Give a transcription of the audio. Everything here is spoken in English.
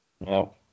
No